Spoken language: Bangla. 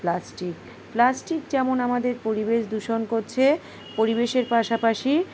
প্লাস্টিক প্লাস্টিক যেমন আমাদের পরিবেশ দূষণ করছে পরিবেশের পাশাপাশি